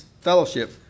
fellowship